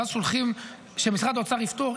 ואז שולחים למשרד האוצר שיפתור,